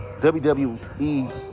WWE